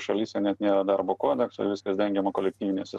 šalyse net nėra darbo kodekso viskas dengiama kolektyvinėse